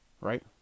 Right